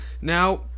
Now